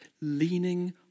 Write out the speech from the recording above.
Leaning